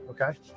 okay